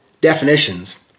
definitions